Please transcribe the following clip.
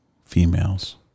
females